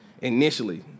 initially